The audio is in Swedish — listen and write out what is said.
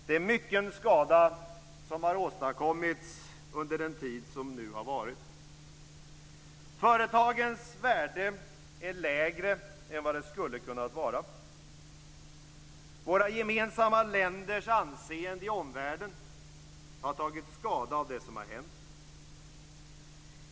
Det är mycken skada som har åstadkommits under den tid som nu har varit. Företagens värde är lägre än vad som skulle ha kunnat vara fallet. Våra gemensamma länders anseende i omvärlden har tagit skada av det som har hänt.